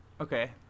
Okay